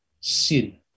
sin